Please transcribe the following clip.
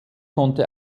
konnte